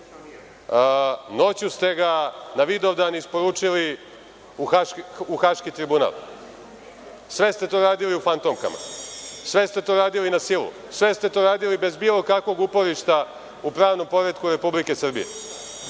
Noću ste ga na Vidovdan isporučili u Haški tribunal. Sve ste to radili u fantomkama. Sve ste to radili na silu. Sve ste to radili bez bilo kakvog uporišta u pravnom poretku Republike Srbije. Onda